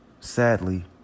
Sadly